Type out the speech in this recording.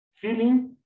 feeling